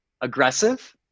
aggressive